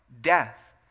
Death